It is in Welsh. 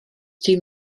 dim